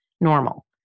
normal